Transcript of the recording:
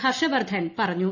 ഹർഷ് വർദ്ധൻ പറഞ്ഞു